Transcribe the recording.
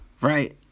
right